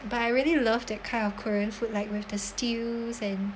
but I really loved that kind of korean food like with the stews and